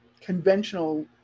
conventional